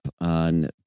on